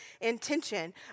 intention